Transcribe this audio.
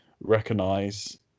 recognize